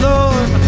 Lord